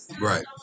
Right